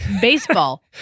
Baseball